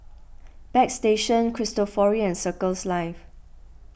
Bagstationz Cristofori and Circles Life